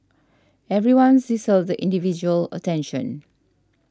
everyone deserves the individual attention